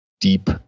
deep